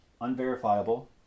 unverifiable